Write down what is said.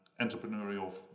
entrepreneurial